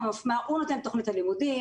הוא נותן את תכנית הלימודים,